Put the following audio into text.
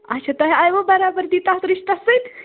اَچھا تۄہہِ آیوٕ برابری تَتھ رِشتَس سۭتۍ